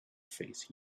face